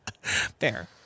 fair